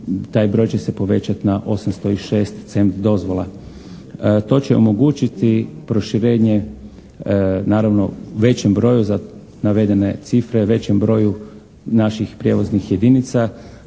taj broj će se povećati na 806 CEM dozvola. To će omogućiti proširenje naravno u većem broju za navedene cifre, većem broju naših prijevoznih jedinica,